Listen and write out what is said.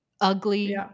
ugly